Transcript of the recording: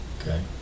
Okay